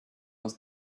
was